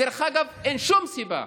דרך אגב, אין שום סיבה.